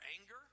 anger